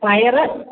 പയർ